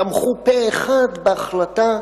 תמכו פה-אחד בהחלטה,